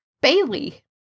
Bailey